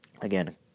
Again